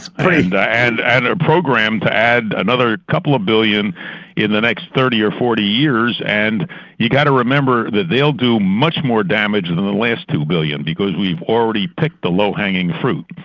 and and and ah programmed to add another couple of billion in the next thirty or forty years, and you've got to remember that they will do much more damage than the last two billion because we've already picked the low-hanging fruit.